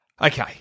Okay